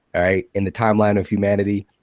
in the timeline of humanity,